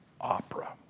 opera